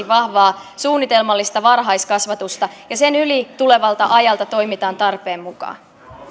vahvaa suunnitelmallista varhaiskasvatusta ja sen yli tulevalta ajalta toimitaan tarpeen mukaan